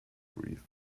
grief